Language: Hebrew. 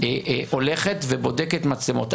הולכת ובודקת מצלמות?